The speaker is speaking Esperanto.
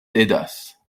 tedas